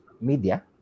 media